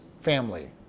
family